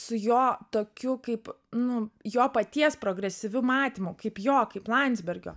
su jo tokiu kaip nu jo paties progresyviu matymu kaip jo kaip landsbergio